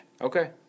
Okay